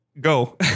Go